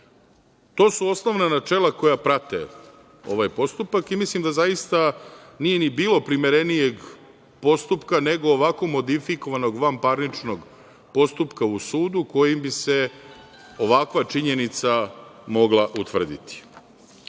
To su osnovna načela koja prate ovaj postupak i mislim da zaista nije ni bilo primerenijeg postupka nego ovako modifikovanog vanparničnog postupka u sudu kojim bi se ovakva činjenica mogla utvrditi. Samo